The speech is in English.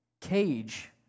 cage